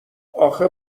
اخه